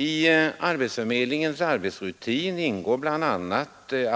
I arbetsförmedlingarnas arbetsrutin ingår bl.a.